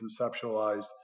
conceptualized